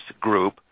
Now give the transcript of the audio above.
group